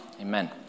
Amen